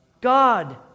God